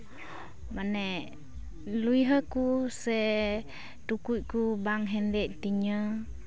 ᱢᱟᱱᱮ ᱞᱩᱭᱦᱟᱹᱠᱚ ᱥᱮ ᱴᱩᱠᱩᱡ ᱠᱚ ᱵᱟᱝ ᱦᱮᱸᱫᱮᱜ ᱛᱤᱧᱟᱹ